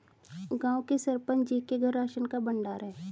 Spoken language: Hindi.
गांव के सरपंच जी के घर राशन का भंडार है